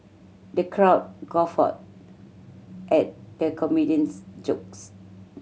the crowd guffawed at the comedian's jokes